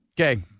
Okay